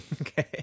Okay